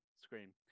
screen